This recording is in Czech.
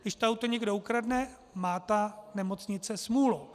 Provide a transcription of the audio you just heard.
Když to auto někdo ukradne, má ta nemocnice smůlu.